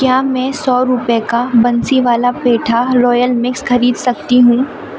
کیا میں سو روپے کا بنسی والا پیٹھا رویل مکس خرید سکتی ہوں